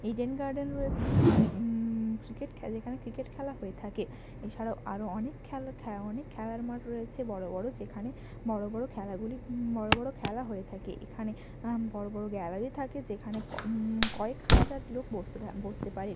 Eden garden রয়েছে যেখানে cricket খে যেখানে ক্রিকেট খেলা হয়ে থাকে এছাড়াও আরো অনেক খেলা অনেক খেলার মাঠ রয়েছে বড়ো বড়ো যেখানে বড়ো বড়ো খেলাগুলি বড়ো বড়ো খেলা হয়ে থাকে এখানে বড়ো বড়ো গ্যালারি থাকে যেখানে ক কয়েক হাজার লোক বসতে থা বসতে পারে